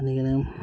আনি কেনে